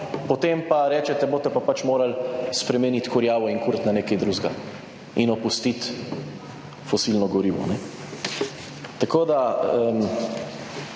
potem pa rečete, boste pa pač morali spremeniti kurjavo in kuriti na nekaj drugega in opustiti fosilno gorivo. Tako da